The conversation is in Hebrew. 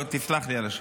תסלח לי על השאלה,